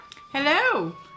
Hello